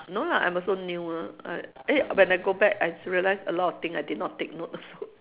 no lah I'm also new lah uh eh when I go back I realised a lot of thing I did not take note also